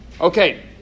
Okay